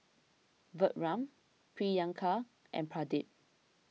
Vikram Priyanka and Pradip